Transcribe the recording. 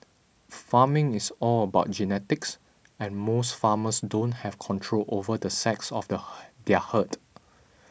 farming is all about genetics and most farmers don't have control over the sex of their herd